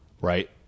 right